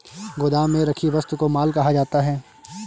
गोदाम में रखी वस्तु को माल कहा जाता है